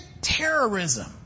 terrorism